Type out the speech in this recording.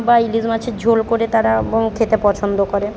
বা ইলিশ মাছের ঝোল করে তারা খেতে পছন্দ করে